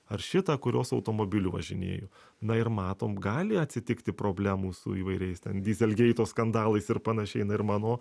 ar šitą kurios automobiliu važinėju na ir matom gali atsitikti problemų su įvairiais ten dyzelgeito skandalais ir panašiai na ir mano